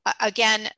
again